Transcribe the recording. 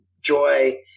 joy